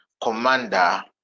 commander